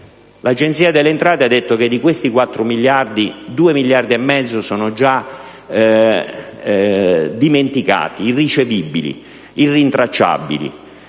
l'Agenzia delle entrate ha detto che di questi quattro miliardi, due miliardi e mezzo sono già dimenticati, irricevibili, irrintracciabili.